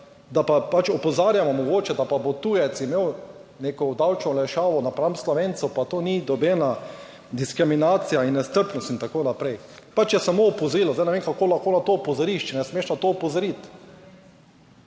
da pa opozarjamo mogoče, da pa bo tujec imel neko davčno olajšavo napram Slovencu, pa to ni nobena diskriminacija in nestrpnost in tako naprej, pač je samo opozorilo, zdaj ne vem kako lahko na to opozoriš, če ne smeš na to opozoriti.